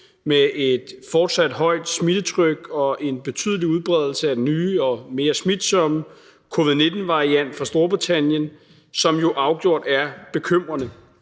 med et fortsat højt smittetryk og en betydelig udbredelse af den nye og mere smitsomme covid-19-variant fra Storbritannien, hvilket jo afgjort er bekymrende.